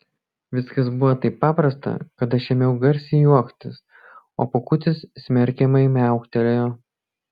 viskas buvo taip paprasta kad aš ėmiau garsiai juoktis o pūkutis smerkiamai miauktelėjo